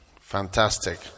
Fantastic